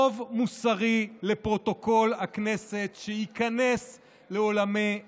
חוב מוסרי לפרוטוקול הכנסת, שייכנס לעולמי עד,